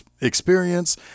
experience